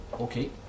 Okay